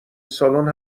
سالن